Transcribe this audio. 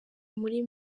muri